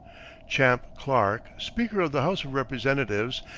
champ clark, speaker of the house of representatives,